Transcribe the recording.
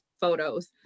photos